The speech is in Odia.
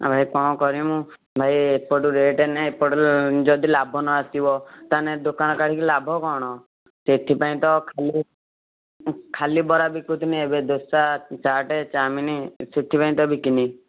ଆଉ ଭାଇ କଣ କରିବି ମୁଁ ଭାଇ ଏପଟୁ ରେଟ୍ ନେ ଏପଟରୁ ଯଦି ଲାଭ ନ ଆସିବ ତାହେନେ ଦୋକାନ କରିକି ଲାଭ କଣ ସେଥିପାଇଁ ତ ଖାଲି ଖାଲି ବରା ବିକୁଥିନି ଏବେ ଦୋସା ଚାଟେ୍ ଚାଉମିନି ଏ ସେଥିପାଇଁ ତ ବିକିଲି